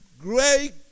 great